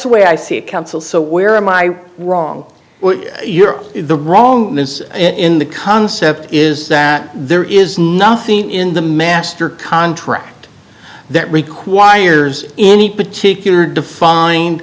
the way i see it council so where am i wrong you're in the wrong in the concept is that there is nothing in the master contract that requires any particular defined